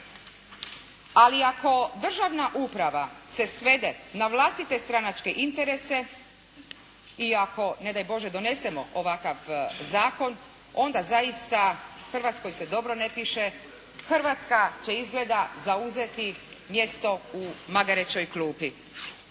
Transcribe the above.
Ali ako državna uprava se svede na vlastite stranačke interese i ako ne daj Bože donesemo ovakav zakon, onda zaista Hrvatskoj se dobro ne piše, Hrvatska će izgleda zauzeti mjesto u magarećoj klupi.